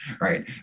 right